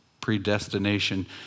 predestination